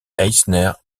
eisner